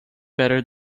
better